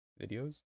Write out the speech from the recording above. Videos